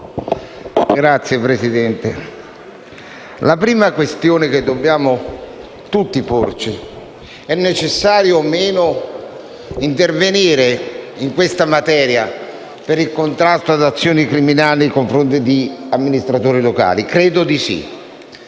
Signora Presidente, la prima questione che dobbiamo tutti porci è se sia necessario o meno intervenire in questa materia per il contrasto ad azioni criminali nei confronti di amministratori locali. Io credo di sì,